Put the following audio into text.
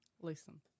listen